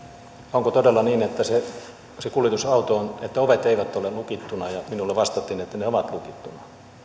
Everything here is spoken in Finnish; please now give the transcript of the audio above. onko todella niin että sen kuljetusauton ovet eivät ole lukittuna ja minulle vastattiin että ne ovat lukittuna